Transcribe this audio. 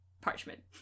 parchment